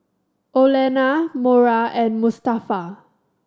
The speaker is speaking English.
Olena Mora and Mustafa